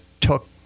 took